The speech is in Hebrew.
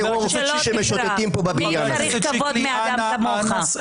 חבר הכנסת שיקלי, בבקשה, אנא המשך בדבריך.